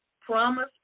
promise